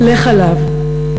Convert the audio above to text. "לך עליו,